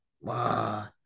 wow